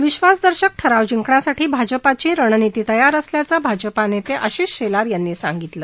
विश्वासदर्शक ठराव जिंकण्यासाठी भाजपाची रणनिती तयार असल्याचं भाजपा नेते आशिष शेलार यांनी सांगितलं